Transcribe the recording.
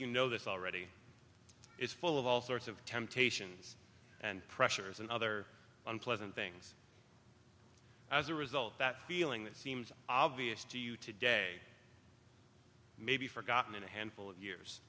you know this already it's full of all sorts of temptations and pressures and other unpleasant things as a result that feeling that seems obvious to you today may be forgotten in a handful of years